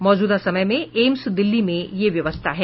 मौजूदा समय में एम्स दिल्ली में यह व्यवस्था है